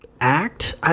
act